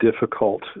difficult